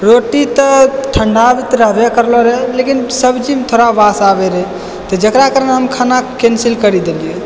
रोटी तऽ ठण्डा तऽ रहबे करलो रहै लेकिन सब्जीमे थोड़ा वास आबै रहै तऽ जकरा कारण हम खाना कैन्सिल करो देलियै